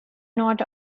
not